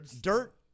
dirt